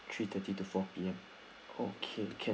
three thirty to four P_M okay can